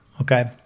okay